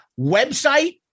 website